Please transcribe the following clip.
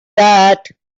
that